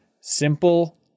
simple